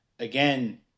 Again